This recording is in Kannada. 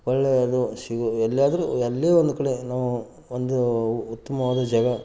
ಒಳ್ಳೆಯದು ಸಿಗೋ ಎಲ್ಲಾದರೂ ಎಲ್ಲೇ ಒಂದು ಕಡೆ ನಾವು ಒಂದು ಉತ್ತಮವಾದ ಜಾಗ